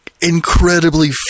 incredibly